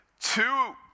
two